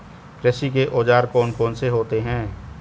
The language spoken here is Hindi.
कृषि के औजार कौन कौन से होते हैं?